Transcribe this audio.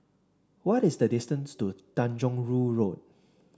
what is the distance to Tanjong Rhu Road